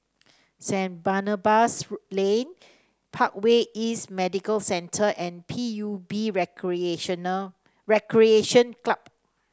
Saint Barnabas Lane Parkway East Medical Centre and P U B Recreational Recreation Club